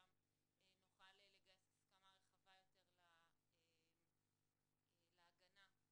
הזירה הטובה ביותר להדריך נשים בדואיות.